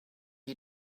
you